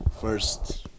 first